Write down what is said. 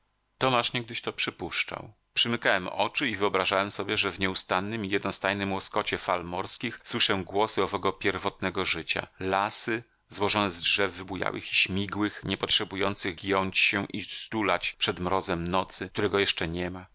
tomasz niegdyś to przypuszczał przymykałem oczy i wyobrażałem sobie że w nieustannym i jednostajnym łoskocie fal morskich słyszę głosy owego pierwotnego życia lasy złożone z drzew wybujałych i śmigłych niepotrzebujących giąć się i stulać przed mrozem nocy którego jeszcze niema